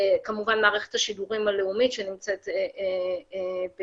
כמובן מערכת השידורים הלאומית שנמצאת ביוטיוב,